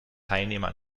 teilnehmer